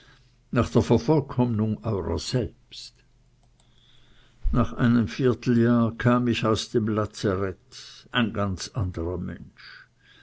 nach der vervollkommnung eurer selbst nach einem vierteljahr kam ich aus dem lazarett ein ganz anderer mensch